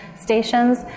stations